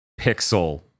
pixel